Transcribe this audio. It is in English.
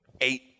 eight